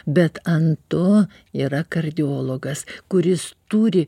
bet ant to yra kardiologas kuris turi